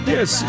Yes